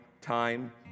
time